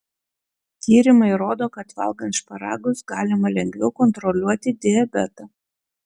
tyrimai rodo kad valgant šparagus galima lengviau kontroliuoti diabetą